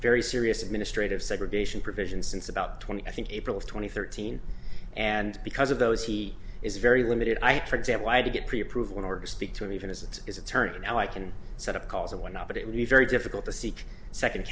very serious administrative segregation provision since about twenty i think april twenty third teen and because of those he is very limited i tricked and lied to get pre approval in order to speak to me even as it is attorney now i can set up calls and whatnot but it would be very difficult to seek second